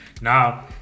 Now